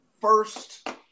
first